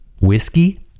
whiskey